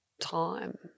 time